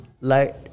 light